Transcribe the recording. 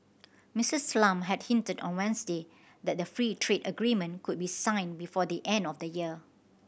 Missus Lam had hinted on Wednesday that the free trade agreement could be signed before the end of the year